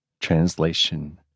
translation